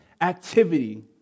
activity